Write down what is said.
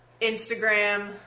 Instagram